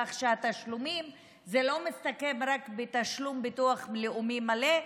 כך שהתשלומים לא מסתכמים רק בתשלום ביטוח לאומי מלא,